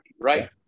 right